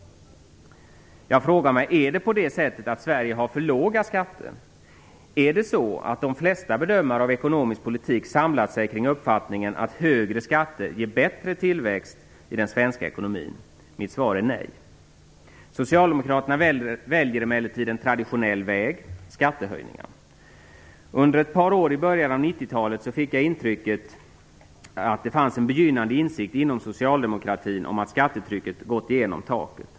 Jag frågar mig: Är det på det sättet att Sverige har för låga skatter? Är det så att det flesta bedömare av ekonomisk politik har samlat sig kring uppfattningen att högre skatter ger bättre tillväxt i den svenska ekonomin? Mitt svar är nej. Socialdemokraterna väljer emellertid en traditionell väg, skattehöjningar. Under ett par år i början av 90-talet fick jag intrycket att det fanns en begynnande insikt inom socialdemokratin om att skattetrycket gått igenom taket.